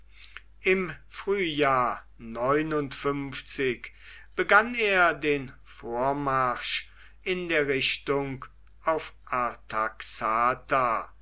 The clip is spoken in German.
im frühjahr begann er den vormarsch in der richtung auf artaxata